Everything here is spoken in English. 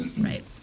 Right